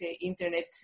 internet